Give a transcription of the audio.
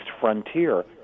frontier